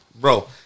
bro